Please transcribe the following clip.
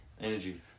Energy